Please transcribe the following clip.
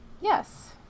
yes